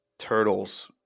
turtles